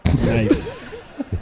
Nice